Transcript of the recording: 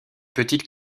petite